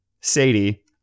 Sadie